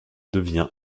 devient